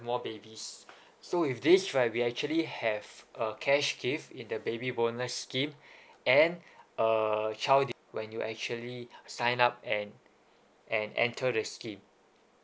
more babies so if this right we actually have a cash gift in their baby bonus scheme and a child when you actually sign up and and enter the scheme